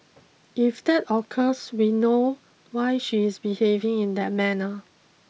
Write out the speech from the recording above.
if that occurs we know why she is behaving in that manner